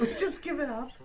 just give it up.